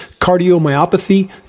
cardiomyopathy